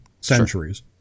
centuries